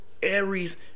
Aries